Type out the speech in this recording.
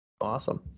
Awesome